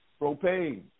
propane